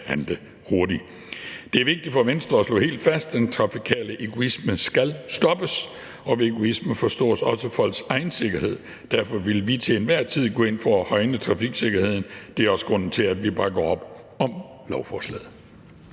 handle hurtigt. Det er vigtigt for Venstre at slå helt fast, at den trafikale egoisme skal stoppes, og ved egoisme forstås også folks egen sikkerhed. Derfor vil vi til enhver tid gå ind for at højne trafiksikkerheden. Det er også grunden til, at vi bakker op om lovforslaget.